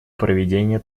проведение